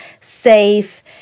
safe